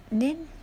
then